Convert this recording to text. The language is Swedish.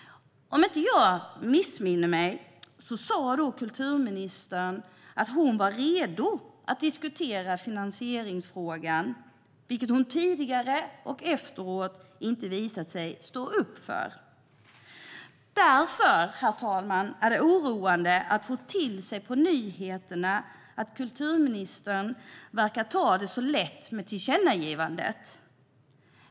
Om inte jag missminner mig sa kulturministern då att hon var redo att diskutera finansieringsfrågan, vilket hon tidigare och efteråt inte visat sig stå upp för. Därför är det oroande att få ta till sig på nyheterna att kulturministern verkar ta det så lätt med tillkännagivandet.